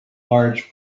large